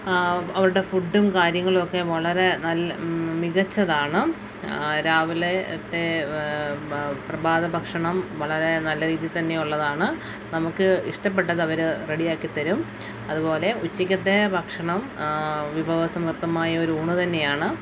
ആ അവരുടെ ഫുഡ്ഡും കാര്യങ്ങളൊക്കെ വളരെ നല്ല മികച്ചതാണ് രാവിലത്തെ പ്രഭാത ഭക്ഷണം വളരെ നല്ല രീതിയിൽ തന്നെ ഉള്ളതാണ് നമുക്ക് ഇഷ്ടപ്പെട്ടതവർ റെഡിയാക്കി തരും അതുപോലെ ഉച്ചയ്ക്കത്തെ ഭക്ഷണം വിഭവസമൃദ്ധമായ ഒരു ഊണ് തന്നെയാണ്